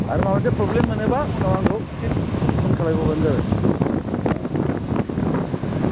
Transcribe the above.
आरो माबा मोनसे फ्रब्लेम मोनोबा उनाव आंखौ फिन फन खालाय हरबानो जाबाय ओह ओह टेंकिउ उम